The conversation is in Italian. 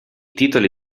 titoli